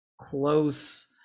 close